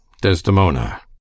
Desdemona